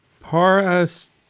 Paras